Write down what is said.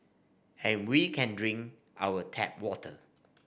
and we can drink our tap water